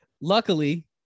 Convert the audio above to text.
luckily